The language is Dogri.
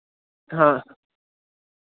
हां